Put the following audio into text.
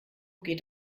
geht